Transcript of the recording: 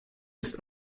ist